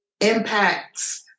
impacts